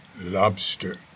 lobster